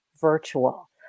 virtual